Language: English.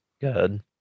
good